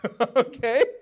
Okay